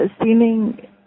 seeming